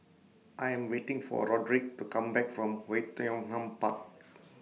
I Am waiting For Rodrick to Come Back from Oei Tiong Ham Park